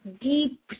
deep